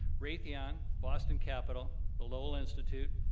raytheon, boston capital, the lowell institute,